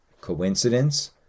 coincidence